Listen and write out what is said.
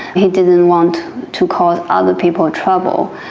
he didn't want to cause other people trouble.